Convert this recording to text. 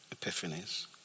epiphanies